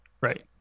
Right